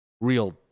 real